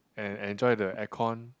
and enjoy the air con